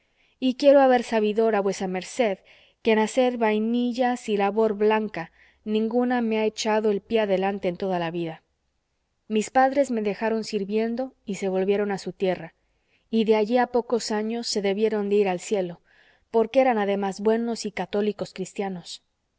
y quiero hacer sabidor a vuesa merced que en hacer vainillas y labor blanca ninguna me ha echado el pie adelante en toda la vida mis padres me dejaron sirviendo y se volvieron a su tierra y de allí a pocos años se debieron de ir al cielo porque eran además buenos y católicos cristianos